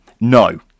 No